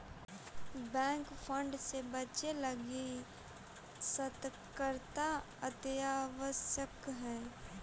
bank fraud से बचे लगी सतर्कता अत्यावश्यक हइ